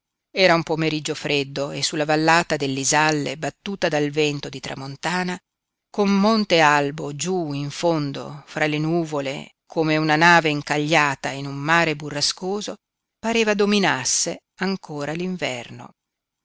era un pomeriggio freddo e sulla vallata dell'isalle battuta dal vento di tramontana con monte albo giú in fondo fra le nuvole come una nave incagliata in un mare burrascoso pareva dominasse ancora